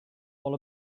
all